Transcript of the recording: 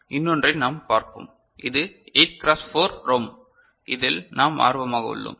இன்னொறை நாம் பார்ப்போம் இது 8 க்ராஸ் 4 ரோம் இதில் நாம் ஆர்வமாக உள்ளோம்